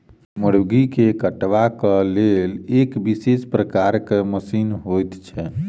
मुर्गी के कटबाक लेल एक विशेष प्रकारक मशीन होइत छै